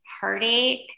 heartache